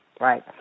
right